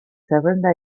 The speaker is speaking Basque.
zerrenda